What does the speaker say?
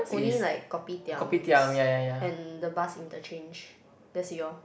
only like Kopitiams and the bus interchange that's it orh